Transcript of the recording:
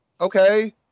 Okay